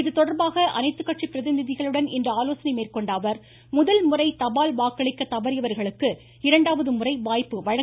இதுதொடர்பாக அனைத்துக்கட்சி பிரதிநிதிகளுடன் இன்று ஆலோசனை மேற்கொண்ட அவர் முதல்முறை தபால் வாக்களிக்க தவறியவர்களுக்கு இரண்டாவது முறை வாய்ப்பு வழங்கப்படும் என்றார்